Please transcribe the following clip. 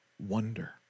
Wonder